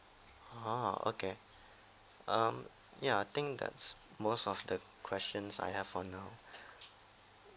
ah okay um ya I think that's most of the questions I have for now